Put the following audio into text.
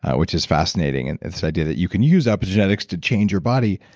which is fascinating and and this idea that you can use epigenetics to change your body.